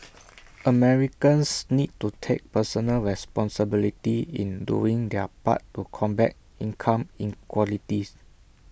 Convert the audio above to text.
Americans need to take personal responsibility in doing their part to combat income inequalities